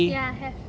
ya have